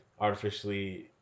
artificially